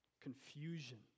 confusion